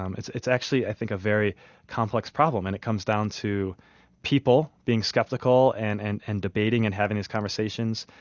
um it's it's actually, i think, a very complex problem, and it comes down to people being skeptical and and and debating and having these conversations.